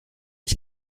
ich